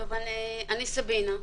אני סבינה,